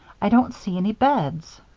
i don't see any beds.